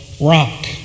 rock